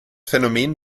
phänomen